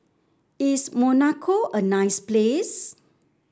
is Monaco a nice place